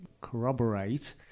corroborate